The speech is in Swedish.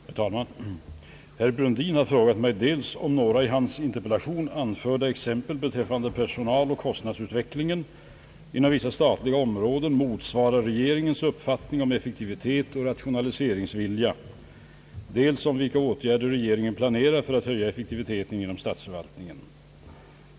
Herr talman! Herr Brundin har frågat mig dels om några i hans interpellation anförda exempel beträffande personaloch kostnadsutvecklingen inom vissa statliga områden motsvarar regeringens uppfattning om effektivitet och rationaliseringsvilja, dels om vilka åtgärder regeringen planerar för att höja effektiviteten inom statsförvaltningen.